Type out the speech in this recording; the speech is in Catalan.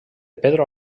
pedro